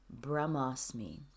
brahmasmi